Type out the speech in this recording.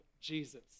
Jesus